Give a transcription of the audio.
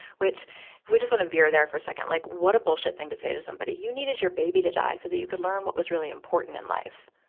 which, if we just wanna veer there for a second, like what a bullshit thing to say to somebody. you needed your baby to die so that you could learn what was really important in life,